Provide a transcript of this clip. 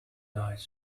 eyes